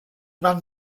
van